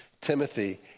Timothy